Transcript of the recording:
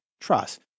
trust